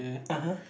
(uh huh)